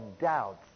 doubts